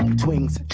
twinks,